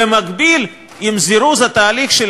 במקביל לזירוז התהליך של